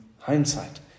hindsight